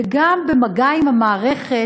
וגם במגע עם המערכת,